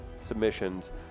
submissions